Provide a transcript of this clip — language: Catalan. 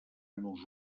nos